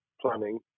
planning